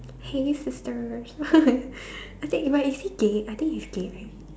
hey sisters I think but is he gay I think he's gay right